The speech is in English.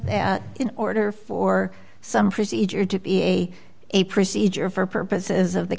that in order for some procedure to be a procedure for purposes of the